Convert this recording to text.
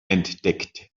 entdeckt